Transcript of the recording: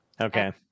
Okay